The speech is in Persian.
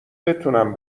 بتونم